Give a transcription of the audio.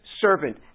servant